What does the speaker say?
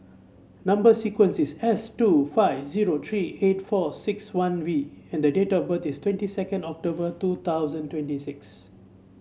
number sequence is S two five zero three eight four six one V and date of birth is twenty second October two thousand twenty six